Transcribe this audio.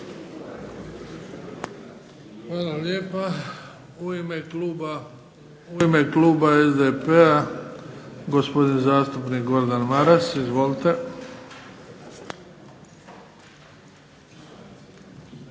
Hvala lijepa. U ime kluba SDP-a, gospodin zastupnik Gordan Maras. Izvolite.